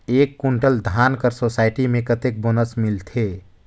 एक कुंटल धान कर सोसायटी मे कतेक बोनस मिलथे?